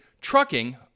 trucking